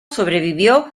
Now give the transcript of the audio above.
sobrevivió